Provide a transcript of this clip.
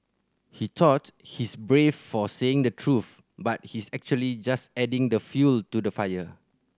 he thought he's brave for saying the truth but he's actually just adding the fuel to the fire